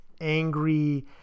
angry